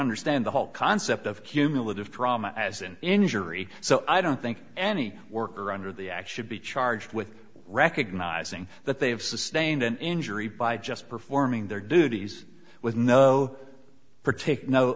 understand the whole concept of cumulative trauma as an injury so i don't think any worker under the action be charged with recognizing that they have sustained an injury by just performing their duties with no